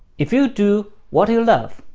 if you do what you love,